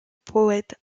poète